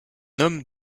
homme